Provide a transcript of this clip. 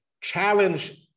challenge